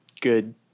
good